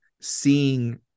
seeing